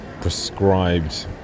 prescribed